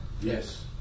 Yes